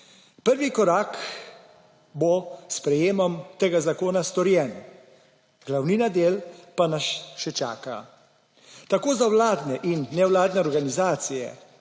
Prvi korak bo s sprejemom tega zakona storjen, glavnina del pa nas še čaka; tako za vladne in nevladne organizacije,